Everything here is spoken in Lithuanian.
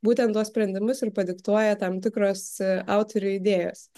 būtent tuos sprendimus ir padiktuoja tam tikros autorių idėjos